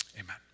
Amen